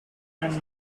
and